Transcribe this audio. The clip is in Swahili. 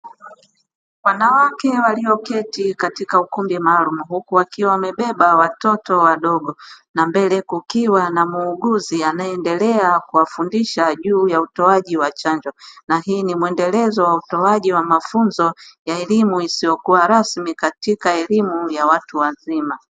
Wanawake walioketi katika ukumbi maalumu huku wakiwa wamebeba watoto wadogo, na mbele kukiwa na muuguzi anayeendelea kuwafundisha juu ya utoaji wa chanjo, na hii ni mwendelezo wa utoaji wa elimu isiyokuwa rasmi katika elimu ya watu wazima.